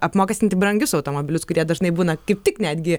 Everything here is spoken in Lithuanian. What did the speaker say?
apmokestinti brangius automobilius kurie dažnai būna kaip tik netgi